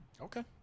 Okay